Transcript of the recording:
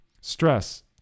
Stress